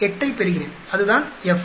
68 ஐப் பெறுகிறேன் அதுதான் F